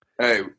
Hey